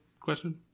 question